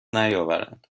نیاورند